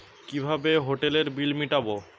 কিভাবে হোটেলের বিল মিটাব?